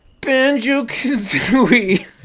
Banjo-Kazooie